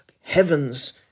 heaven's